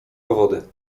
powody